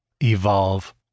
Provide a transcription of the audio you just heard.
evolve